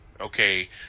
okay